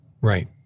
Right